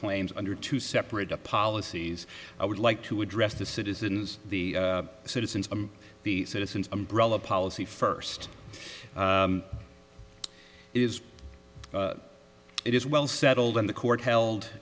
claims under two separate policies i would like to address the citizens the citizens the citizens umbrella policy first is it is well settled in the court held